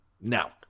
Now